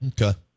Okay